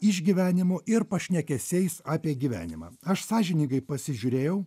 išgyvenimu ir pašnekesiais apie gyvenimą aš sąžiningai pasižiūrėjau